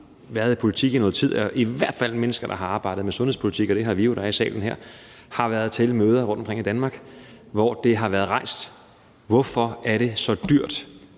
været i politik i noget tid, i hvert fald mennesker, der har arbejdet med sundhedspolitik – og det har vi, der er i salen her – har været til møder rundtomkring i Danmark, hvor spørgsmål om, hvorfor det er så dyrt